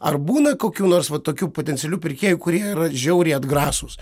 ar būna kokių nors va tokių potencialių pirkėjų kurie yra žiauriai atgrasūs